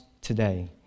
today